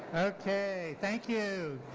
okay, thank you.